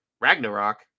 ragnarok